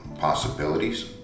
possibilities